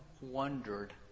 wondered